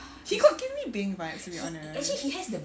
he got give me beng vibes to be honest